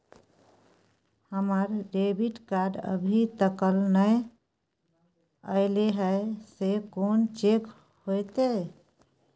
हमर debit card अभी तकल नय अयले हैं, से कोन चेक होतै?